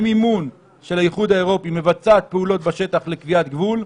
במימון של האיחוד האירופי מבצעת פעולות בשטח לקביעת גבול,